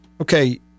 okay